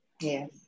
Yes